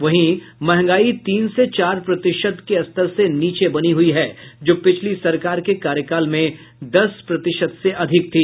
वहीं मंहगाई तीन से चार प्रतिशत से नीचे बनी हुई है जो पिछली सरकार के कार्यकाल में दस प्रतिशत से अधिक थी